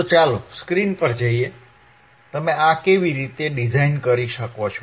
તો ચાલો સ્ક્રીન પર જોઈએ તમે આ કેવી રીતે ડિઝાઇન કરી શકો છો